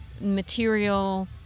material